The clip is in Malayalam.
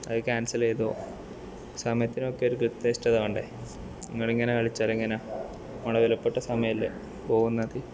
അത് ക്യാൻസല് ചെയ്തോ സമയത്തിനൊക്കെ ഒരു കൃത്യനിഷ്ഠത വേണ്ടേ ഇങ്ങള് ഇങ്ങനെ കളിച്ചാലെങ്ങനെയാ നമ്മളെ വിലപ്പെട്ട സമയമല്ലേ പോവുന്നത്